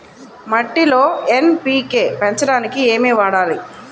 మట్టిలో ఎన్.పీ.కే పెంచడానికి ఏమి వాడాలి?